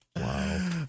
Wow